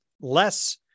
less